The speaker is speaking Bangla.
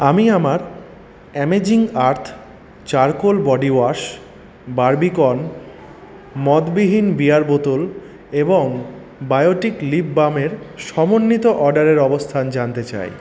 আমি আমার amazing earth charcoal body wash Barbican মদবিহীন বিয়ার বোতল এবং বায়োটিক লিপ বামের সমন্বিত অর্ডারের অবস্থান জানতে চাই